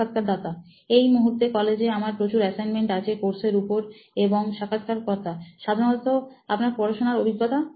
সাক্ষাৎকারদাতাএই মুহূর্তে কলেজে আমাদের প্রচুর অ্যাসাইনমেন্ট আছে কোর্সের উপর এবং সাক্ষাৎকারকর্তা সাধারণত আপনার পড়াশোনার অভিজ্ঞতা